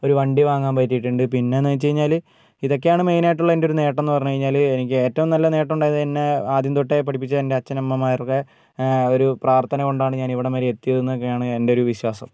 ഒരു വണ്ടി വാങ്ങാൻ പറ്റിയിട്ടുണ്ട് പിന്നെ എന്ന് വെച്ച് കഴിഞ്ഞാൽ ഇതൊക്കെയാണ് മെയിൻ ആയിട്ട് ഉള്ള എൻ്റെയൊരു നേട്ടം എന്ന് പറഞ്ഞു കഴിഞ്ഞാൽ എനിക്ക് ഏറ്റവും നല്ല നേട്ടം ഉണ്ടായത് എന്നെ ആദ്യം തൊട്ടേ പഠിപ്പിച്ച എൻ്റെ അച്ഛൻ അമ്മമാരുടെ ഒരു പ്രാർത്ഥന കൊണ്ടാണ് ഞാൻ ഇവിടെ വരെ എത്തിയത് എന്നൊക്കെയാണ് എന്റെ ഒരു വിശ്വാസം